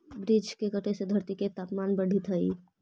वृक्ष के कटे से धरती के तपमान बढ़ित हइ